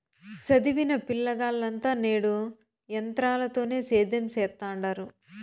సదివిన పిలగాల్లంతా నేడు ఎంత్రాలతోనే సేద్యం సెత్తండారు